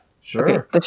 Sure